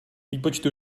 výpočty